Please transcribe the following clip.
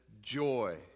joy